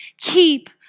keep